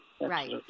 Right